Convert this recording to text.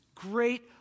great